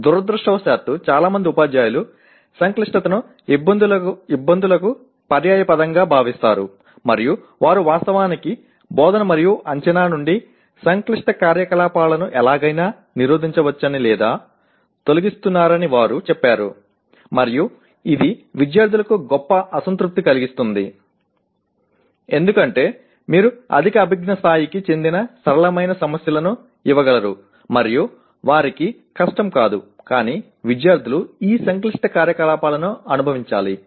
దురదృష్టవశాత్తు చాలా మంది ఉపాధ్యాయులు సంక్లిష్టతను ఇబ్బందులకు పర్యాయపదంగా భావిస్తారు మరియు వారు వాస్తవానికి బోధన మరియు అంచనా నుండి సంక్లిష్ట కార్యకలాపాలను ఎలాగైనా నిరోధించవచ్చని లేదా తొలగిస్తారని వారు చెప్పారు మరియు ఇది విద్యార్థులకు గొప్ప అసంతృప్తి కలిగిస్తుంది ఎందుకంటే మీరు అధిక అభిజ్ఞా స్థాయికి చెందిన సరళమైన సమస్యలను ఇవ్వగలరు మరియు వారికి కష్టం కాదు కానీ విద్యార్థులు ఈ సంక్లిష్ట కార్యకలాపాలను అనుభవించాలి